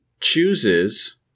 chooses